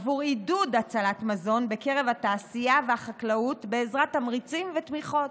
עידוד הצלת מזון בקרב התעשייה והחקלאות בעזרת תמריצים ותמיכות,